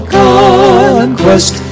conquest